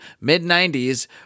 mid-90s